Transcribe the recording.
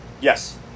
Yes